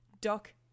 Doc